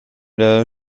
der